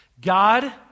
God